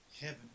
Heaven